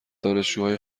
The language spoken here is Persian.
دانشجوهای